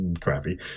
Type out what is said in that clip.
crappy